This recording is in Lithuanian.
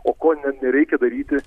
o ko ne nereikia daryti